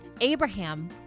Abraham